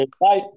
Bye